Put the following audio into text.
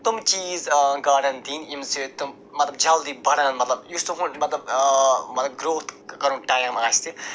تِم چیٖز گاڈَن دِنۍ ییٚمہِ سۭتۍ تِم مطلب جلدی بَڑَن مطلب یُس تِہُنٛد مطلب مطلب گرٛوتھ کَرنُک ٹایَم آسہِ